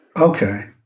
Okay